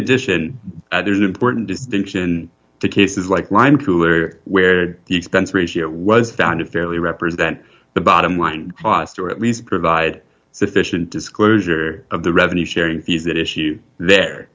addition there's an important distinction to cases like where the expense ratio was founded fairly represent the bottom line cost or at least provide sufficient disclosure of the revenue sharing fees that issue there